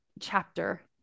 chapter